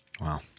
Wow